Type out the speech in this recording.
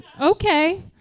okay